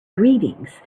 greetings